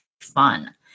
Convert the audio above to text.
fun